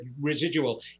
residual